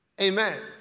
Amen